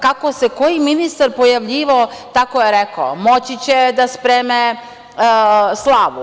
Kako se koji ministar pojavljivao, tako je rekao: „Moći će da spreme slavu“